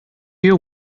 you